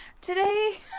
today